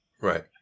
Right